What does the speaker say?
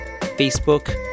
Facebook